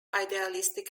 idealistic